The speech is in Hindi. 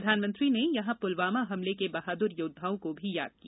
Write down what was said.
प्रधानमंत्री ने यहां पुलवामा हमले के बहादुर योद्वाओं को भी याद किया